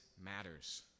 matters